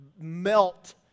melt